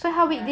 right